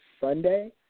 Sunday